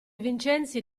vincenzi